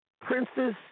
Princess